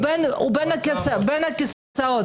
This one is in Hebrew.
הוא בין הכיסאות.